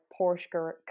Porsche